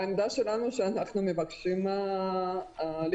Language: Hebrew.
העמדה שלנו שאנחנו מבקשים להתקדם,